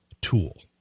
tool